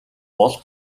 бол